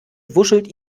wuschelt